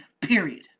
Period